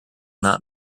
not